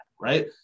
right